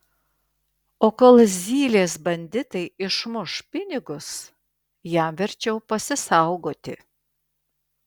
o kol zylės banditai išmuš pinigus jam verčiau pasisaugoti